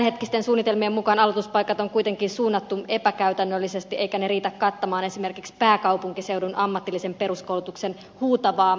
tämänhetkisten suunnitelmien mukaan aloituspaikat on kuitenkin suunnattu epäkäytännöllisesti eivätkä ne riitä kattamaan esimerkiksi pääkaupunkiseudun ammatillisen peruskoulutuksen huutavaa aloituspaikkapulaa